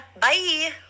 Bye